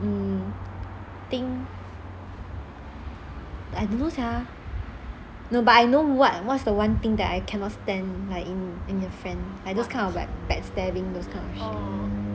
mm think I don't know sia and no but I know what what's the one thing that I cannot stand like in in your friend like those kind of backstabbing those kind of shit